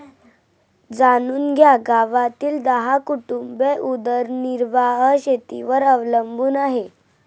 जाणून घ्या गावातील दहा कुटुंबे उदरनिर्वाह शेतीवर अवलंबून आहे